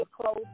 close